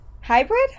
hybrid